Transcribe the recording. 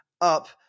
up